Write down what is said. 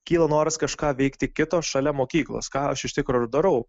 kyla noras kažką veikti kito šalia mokyklos ką aš iš tikro ir darau